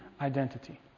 identity